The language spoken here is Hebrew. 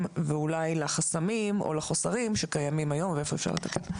ואולי לחסמים או לחסרים שקיימים היום ואיפה אפשר לתקן.